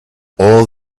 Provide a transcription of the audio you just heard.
all